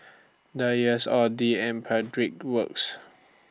Dreyers Audi and Pedal Works